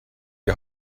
die